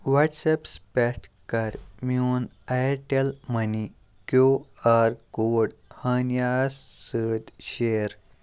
وَٹسیپَس پٮ۪ٹھ کَر میون اَیَٹٮ۪ل مٔنی کیو آر کوڈ ہانِیاہَس سۭتۍ شِیَر